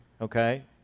okay